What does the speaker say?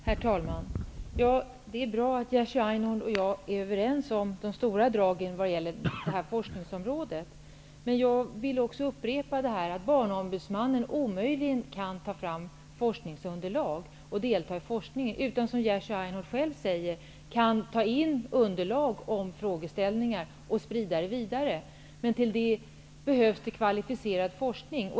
Herr talman! Det är bra att Jerzy Einhorn och jag är överens om de stora dragen vad gäller det här forskningsområdet. Jag vill också upprepa att Barnombudsmannen omöjligen kan ta fram forskningsunderlag och delta i forskningen, men som Jerzy Einhorn säger ta in underlag om frågeställningar och sprida det vidare. Men till detta behövs kvalificerad forskning.